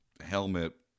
helmet